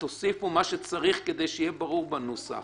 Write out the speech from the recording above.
תוסיפו מה שצריך כדי שיהיה ברור בנוסח.